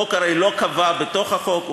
החוק הרי לא קבע בתוך החוק,